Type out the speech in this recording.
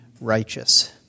righteous